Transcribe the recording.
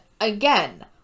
again